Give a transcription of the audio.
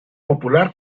popular